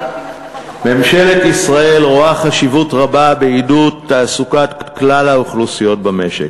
ממשלת ישראל רואה חשיבות רבה בעידוד תעסוקת כלל האוכלוסיות במשק,